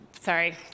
sorry